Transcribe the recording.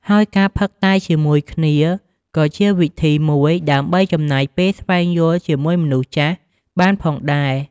ហើយការផឹកតែជាមួយគ្នាក៏ជាវិធីមួយដើម្បីចំណាយពេលស្វែងយល់ជាមួយមនុស្សចាស់បានផងដែរ។